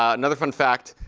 um another fun fact,